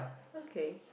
okay